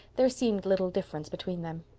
there seemed little difference between them.